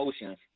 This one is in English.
emotions